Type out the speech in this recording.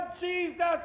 Jesus